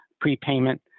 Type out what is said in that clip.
prepayment